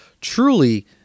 truly